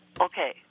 Okay